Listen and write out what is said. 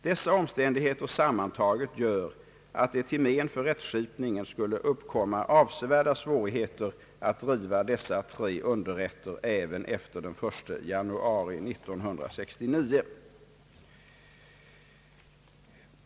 Dessa omständigheter sammantaget gör att det till men för rättskipningen skulle uppkomma avsevärda svårigheter att driva dessa tre underrätter även efter den 1 januari 1969.